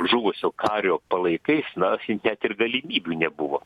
žuvusio kario palaikais na net ir galimybių nebuvo